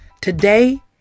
Today